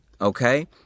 Okay